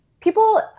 people